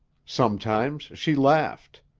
sometimes she laughed.